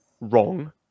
wrong